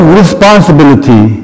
responsibility